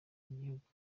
y’igihugu